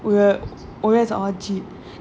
the oh is